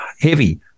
heavy